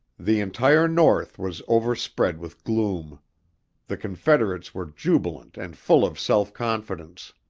the entire north was overspread with gloom the confederates were jubilant and full of self-confidence.